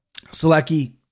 Selecki